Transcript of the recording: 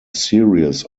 series